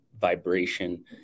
vibration